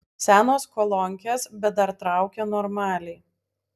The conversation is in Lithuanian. senos kolonkės bet dar traukia normaliai